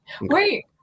Wait